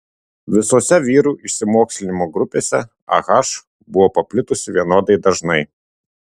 visose vyrų išsimokslinimo grupėse ah buvo paplitusi vienodai dažnai